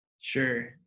Sure